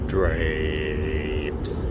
Drapes